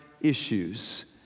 issues